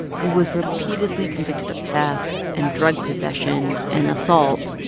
who was repeatedly convicted of theft and drug possession and assault,